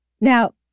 Now